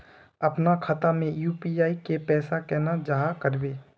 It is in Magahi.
अपना खाता में यू.पी.आई के पैसा केना जाहा करबे?